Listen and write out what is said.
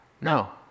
No